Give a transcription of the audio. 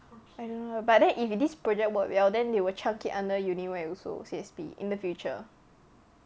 I don't know lah but then if this project work well then they will chunk it under uni Y also C_S_P in the future